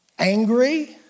Angry